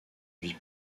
vie